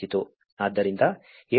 ಆದ್ದರಿಂದ 7